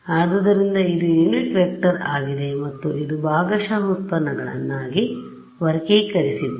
ಆದ್ದರಿಂದ ಇದು unit vector ಆಗಿದೆ ಮತ್ತು ಇದು ಭಾಗಶಃ ಉತ್ಪನ್ನಗಳನ್ನಾಗಿ ವರ್ಗೀಕರಿಸಿದ್ದೇನೆ